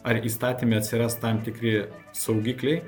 ar įstatyme atsiras tam tikri saugikliai